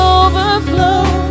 overflow